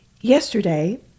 yesterday